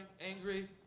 angry